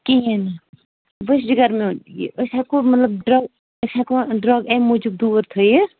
کِہیٖنۍ نہٕ وٕچھ جِگر میون یہِ أسۍ ہٮ۪کو مطلب ڈرٛ أسۍ ہٮ۪کہٕ ووٚن ڈرٛگ اَمہِ موٗجوٗب دوٗر تھٲیِتھ